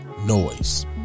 noise